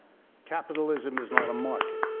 capitalism is not a market.